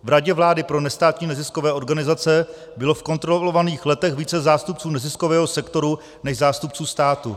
V Radě vlády pro nestátní neziskové organizace bylo v kontrolovaných letech více zástupců neziskového sektoru než zástupců státu.